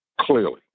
clearly